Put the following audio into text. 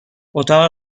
اتاق